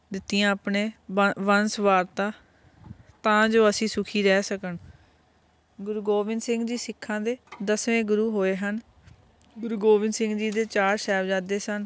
ਦਿੱਤੀਆਂ ਆਪਣੇ ਵ ਵੰਸ ਵਾਰਤਾ ਤਾਂ ਜੋ ਅਸੀਂ ਸੁਖੀ ਰਹਿ ਸਕਣ ਗੁਰੂ ਗੋਬਿੰਦ ਸਿੰਘ ਜੀ ਸਿੱਖਾਂ ਦੇ ਦਸਵੇਂ ਗੁਰੂ ਹੋਏ ਹਨ ਗੁਰੂ ਗੋਬਿੰਦ ਸਿੰਘ ਜੀ ਦੇ ਚਾਰ ਸਾਹਿਬਜ਼ਾਦੇ ਸਨ